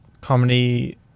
comedy